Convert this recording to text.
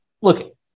look